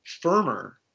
firmer